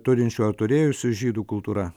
turinčių ar turėjusių žydų kultūra